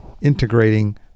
integrating